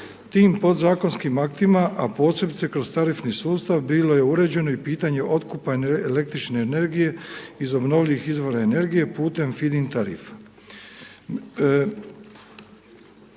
Tim podzakonskim aktima a posebice kroz tarifni sustav bilo je uređeno i pitanje otkupa električne energije iz obnovljivih izvora energije putem Feed-in tarifa.